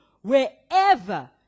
wherever